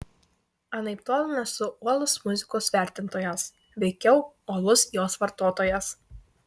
anaiptol nesu uolus muzikos vertintojas veikiau uolus jos vartotojas